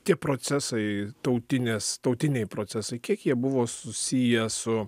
tie procesai tautinės tautiniai procesai kiek jie buvo susiję su